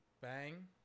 Bang